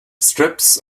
strips